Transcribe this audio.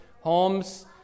homes